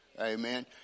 Amen